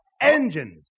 Engines